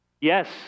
Yes